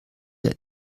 der